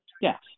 Yes